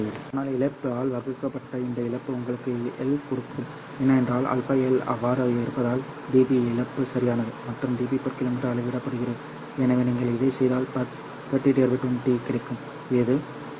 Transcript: ஆனால் இழப்பு ஆல் வகுக்கப்பட்ட இந்த இழப்பு உங்களுக்கு எல் கொடுக்கும் ஏனென்றால் αL அவ்வாறு இருப்பதால் db இழப்பு சரியானது மற்றும் db km அளவிடப்படுகிறது எனவே நீங்கள் இதைச் செய்தால் 3020 கிடைக்கும் இது 1